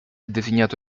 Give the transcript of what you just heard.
designato